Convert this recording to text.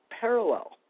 parallel